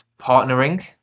partnering